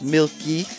Milky